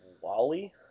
Wally